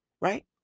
Right